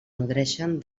nodreixen